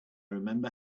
remember